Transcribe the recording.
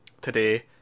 today